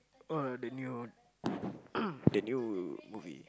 oh the new the new movie